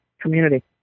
community